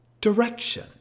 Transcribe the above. direction